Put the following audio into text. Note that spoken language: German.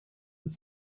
ist